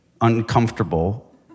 uncomfortable